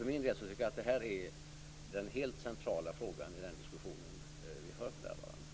För min del tycker jag att det är den helt centrala frågan i den diskussion vi för för närvarande.